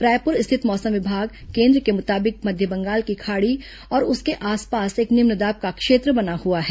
रायपुर स्थित मौसम विभाग केन्द्र के मुताबिक मध्य बंगाल की खाड़ी और उसके आसपास एक निम्न दाब का क्षेत्र बना हुआ है